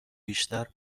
بیشتر